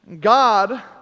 God